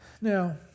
Now